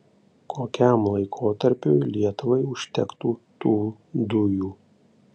kokiam laikotarpiui lietuvai užtektų tų dujų